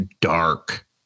dark